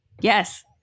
yes